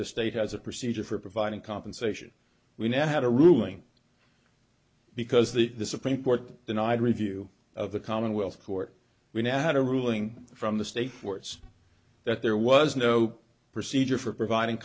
the state has a procedure for providing compensation we now had a ruling because the supreme court denied review of the commonwealth court we now had a ruling from the state courts that there was no procedure for providing